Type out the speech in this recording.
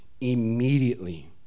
Immediately